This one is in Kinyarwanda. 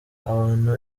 abantu